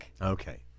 Okay